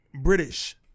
British